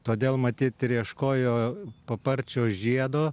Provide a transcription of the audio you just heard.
todėl matyt ir ieškojo paparčio žiedo